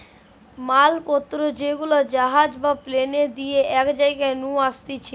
মাল পত্র যেগুলা জাহাজ বা প্লেন দিয়ে এক জায়গা নু আসতিছে